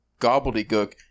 gobbledygook